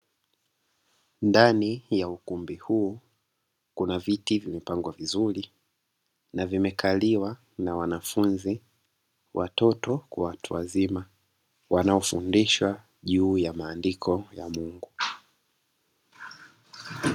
Ndani ya ukumbi huu kuna viti vimepangwa vizuri na vimekaliwa na wanafunzi, watoto kwa watu wazima wanaofundishwa juu ya maandiko ya Mungu.